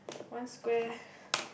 one square